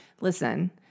Listen